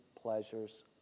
pleasures